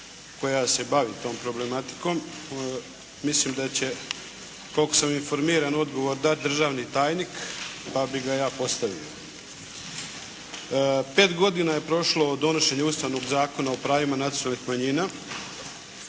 koja se bavi tom problematikom. Mislim da će koliko sam informiran odgovor dati državni tajnik pa bih ga ja postavio. Pet godina je prošlo od donošenja Ustavnog Zakona o pravima nacionalnih manjina,